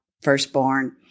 firstborn